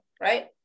right